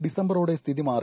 ഡിസംബറോടെ സ്ഥിതി മാറി